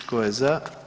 Tko je za?